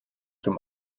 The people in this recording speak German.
zum